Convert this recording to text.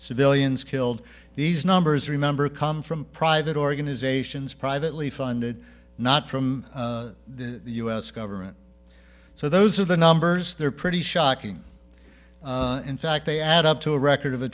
civilians killed these numbers remember come from private organizations privately funded not from the u s government so those are the numbers they're pretty shocking in fact they add up to a record of a